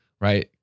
right